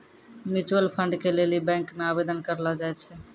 mutual fund के लेली bank मे आवेदन करलो जाय छै